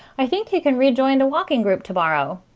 i think he can rejoin the walking group tomorrow.